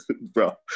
Bro